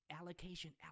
Allocation